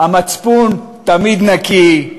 המצפון תמיד נקי.